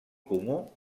comú